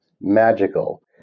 Magical